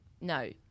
No